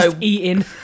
eating